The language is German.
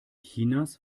chinas